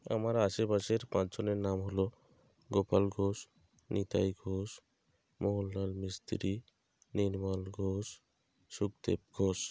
আমার আশেপাশের পাঁচজনের নাম হলো গোপাল ঘোষ নিতাই ঘোষ মোহনলাল মিস্ত্রি নির্মল ঘোষ শুকদেব ঘোষ